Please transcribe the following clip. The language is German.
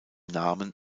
namen